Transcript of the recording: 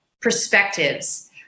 perspectives